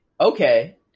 Okay